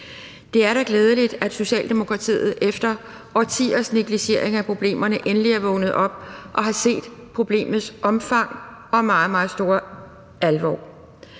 Det er da glædeligt, at Socialdemokratiet efter årtiers negligering af problemerne endelig er vågnet op og har set problemets omfang og meget, meget store alvor.